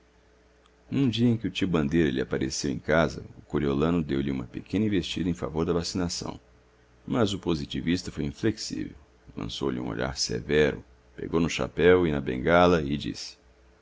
um dia em que o tio bandeira lhe apareceu em casa o coriolano deu-lhe uma pequena investida em favor da vacinação mas o positivista foi inflexível lançou-lhe um olhar severo pegou no chapéu e na bengala e disse